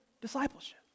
discipleship